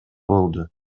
болду